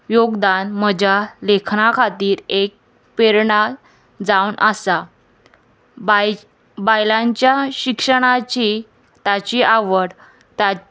योगदान म्हज्या लेखना खातीर एक प्रेरणा जावन आसा बाय बायलांच्या शिक्षणाची ताची आवड ताची